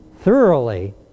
thoroughly